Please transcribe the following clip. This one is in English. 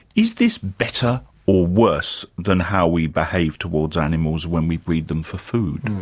is this better or worse than how we behave towards animals when we breed them for food?